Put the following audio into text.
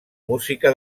música